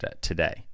today